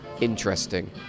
interesting